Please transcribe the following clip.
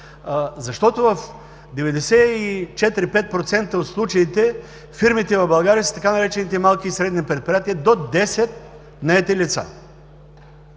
В 94 – 95% от случаите фирмите в България са така наречените „малки и средни предприятия“ – до 10 наети лица.